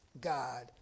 God